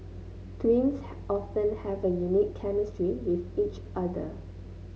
twins often have a unique chemistry with each other